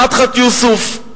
מדחת יוסף,